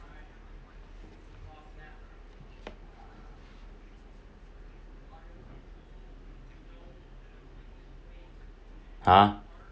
!huh!